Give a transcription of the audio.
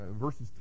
verses